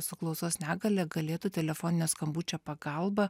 su klausos negalia galėtų telefoninio skambučio pagalba